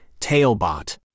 TailBot